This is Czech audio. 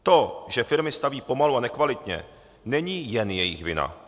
To, že firmy staví pomalu a nekvalitně, není jen jejich vina.